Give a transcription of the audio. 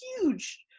huge